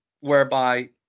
whereby